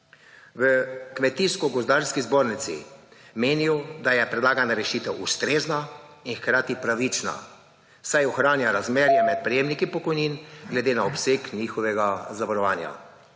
V Kmetijsko gozdarski zbornico menijo, da je predlagana rešitev ustrezna in hkrati pravična, saj ohranja razmerje med prejemniki pokojnin glede na obseg njihovega zavarovanja.